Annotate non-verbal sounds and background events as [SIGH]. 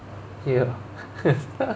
eh ya [LAUGHS]